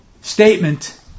statement